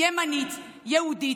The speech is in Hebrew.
ימנית, יהודית,